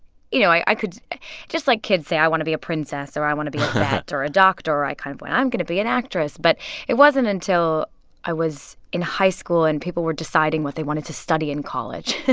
you know, i could just like kids say i want to be a princess, or i want to be a vet or a doctor, i kind of went, i'm going to be an actress. but it wasn't until i was in high school and people were deciding what they wanted to study in college.